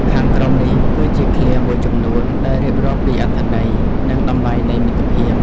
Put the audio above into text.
ខាងក្រោមនេះគឺជាឃ្លាមួយចំនួន ដែលរៀបរាប់ពីអត្ថន័យ និងតម្លៃនៃមិត្តភាព។